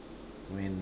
when